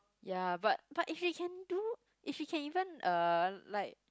ya but but if you can do if you can even uh like